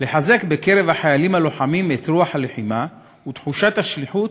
לחזק בקרב החיילים הלוחמים את רוח הלחימה ותחושת השליחות